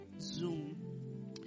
Zoom